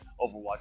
Overwatch